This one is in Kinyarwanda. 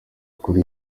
kuri